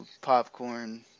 popcorn